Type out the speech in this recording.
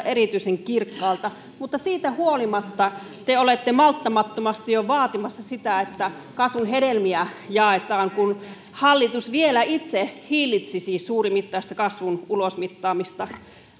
erityisen kirkkaalta mutta siitä huolimatta te olette malttamattomasti jo vaatimassa sitä että kasvun hedelmiä jaetaan kun hallitus vielä itse hillitsisi suurimittaista kasvun ulosmittaamista